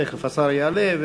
תכף השר יעלה,